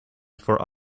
for